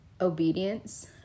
obedience